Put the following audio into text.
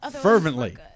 fervently